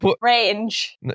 range